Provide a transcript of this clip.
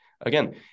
again